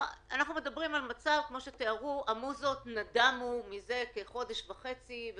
אנחנו מדברים על מצב שהמוזות נדמו מזה כחודש וחצי,